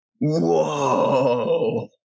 Whoa